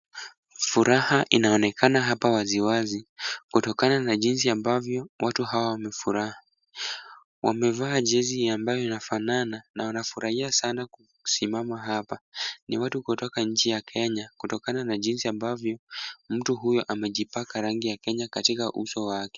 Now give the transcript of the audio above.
Furaha inaonekana hapa waziwazi, kutokana na jinsi ambavyo watu hawa wamefurahi. Wamevaa jezi ambayo inafanana na wanafurahia sana kusimama hapa, ni watu kutoka nchi ya Kenya, kutokana na jinsi ambavyo mtu huyo amejipaka rangi ya Kenya katika uso wake.